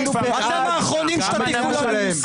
אתם האחרונים שתטיפו לנו מוסר.